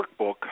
workbook